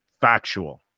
factual